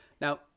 Now